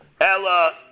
Ella